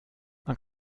man